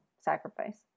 sacrifice